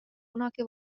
kunagi